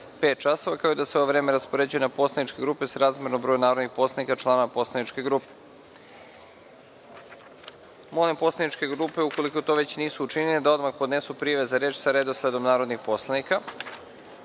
časova, kao i da se ovo vreme raspoređuje na poslaničke grupe srazmerno broju narodnih poslanika članova poslaničke grupe. Molim poslaničke grupe, ukoliko to već nisu učinile, da odmah podnesu prijave za reč sa redosledom narodnih poslanika. Shodno